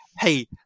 hey